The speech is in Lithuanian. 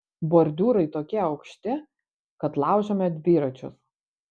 bordiūrai tokie aukšti kad laužome dviračius